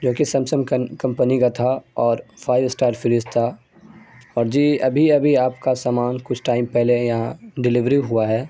جو کہ Samsung company کا تھا اور فائیو اسٹار فریج تھا اور جی ابھی ابھی آپ کا سامان کچھ ٹائم پہلے یہاں ڈیلیوری ہوا ہے